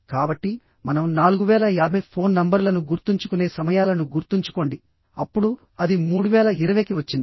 కాబట్టి మనం 4050 ఫోన్ నంబర్లను గుర్తుంచుకునే సమయాలను గుర్తుంచుకోండి అప్పుడు అది 3020కి వచ్చింది